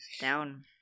down